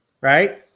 right